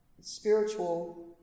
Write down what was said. spiritual